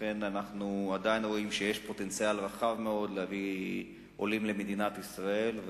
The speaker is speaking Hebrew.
אנחנו עדיין רואים שיש פוטנציאל רחב מאוד להביא עולים למדינת ישראל,